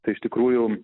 tai iš tikrųjų